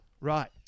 right